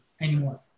anymore